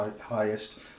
highest